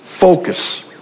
focus